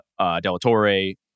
Delatore